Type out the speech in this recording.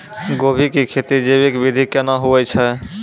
गोभी की खेती जैविक विधि केना हुए छ?